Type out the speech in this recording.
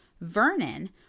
Vernon